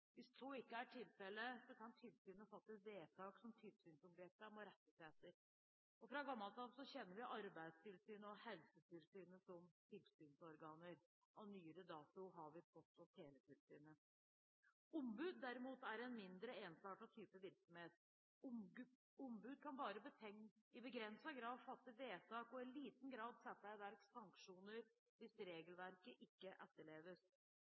Hvis så ikke er tilfellet, kan tilsynet fatte vedtak som tilsynsobjektene må rette seg etter. Fra gammelt av kjenner vi Arbeidstilsynet og Helsetilsynet som tilsynsorganer. Av nyere dato har vi Post- og teletilsynet. Ombud, derimot, er en mindre ensartet type virksomhet. Ombud kan bare i begrenset grad fatte vedtak og kan i liten grad sette i verk sanksjoner hvis regelverket ikke etterleves.